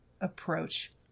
approach